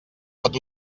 pot